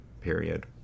period